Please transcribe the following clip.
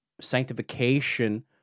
Sanctification